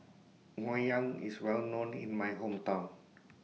Ngoh Hiang IS Well known in My Hometown